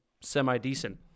semi-decent